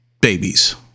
babies